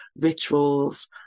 rituals